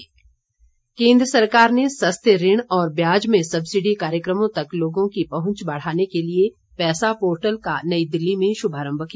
portal केन्द्र सरकार ने सस्ते ऋण और ब्याज में सब्सिडी कार्यक्रमों तक लोगों की पहुंच बढ़ाने के लिए पैसा पोर्टल का नई दिल्ली में श्भारंभ किया